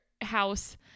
house